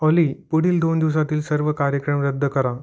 ऑली पुढील दोन दिवसातील सर्व कार्यक्रम रद्द करा